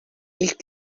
ilk